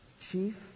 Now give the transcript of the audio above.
chief